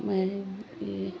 म्हळ्यार हे